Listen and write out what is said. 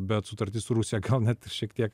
bet sutartis rusija gal net šiek tiek